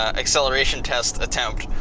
ah acceleration test attempt,